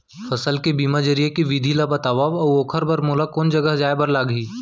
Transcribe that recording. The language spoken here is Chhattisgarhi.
फसल के बीमा जरिए के विधि ला बतावव अऊ ओखर बर मोला कोन जगह जाए बर लागही?